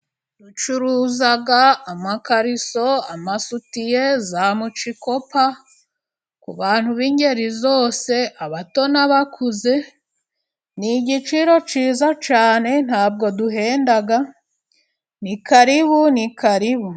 Ducuruza amakariso, amasutiye, za mucikopa, kubantu b'ingeri zose, abato n'abakuze, ni igiciro cyiza cyane, ntabwo duhenda, ni karibu, ni karibu.